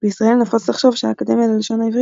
בישראל נפוץ לחשוב שהאקדמיה ללשון העברית